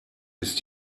ist